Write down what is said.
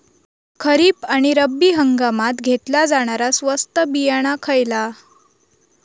खरीप आणि रब्बी हंगामात घेतला जाणारा स्वस्त बियाणा खयला?